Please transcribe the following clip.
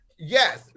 Yes